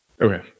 Okay